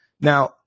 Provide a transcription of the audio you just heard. Now